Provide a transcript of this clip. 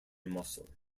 muscle